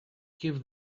give